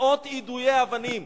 מאות יידויי אבנים.